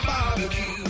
Barbecue